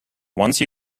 once